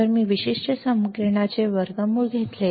जर मी या विशिष्ट समीकरणाचे वर्गमूल घेतले